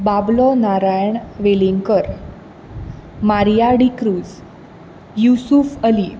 Bablo Narayan Velingkar Maria D'Cruz Yusuf Ali